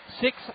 six